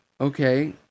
Okay